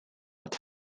but